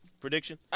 Prediction